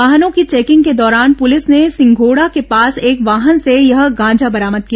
वाहनों की चेकिंग के दौरान पुलिस ने सिंघोड़ा के पास एक वाहन से यह गांजा बरामद किया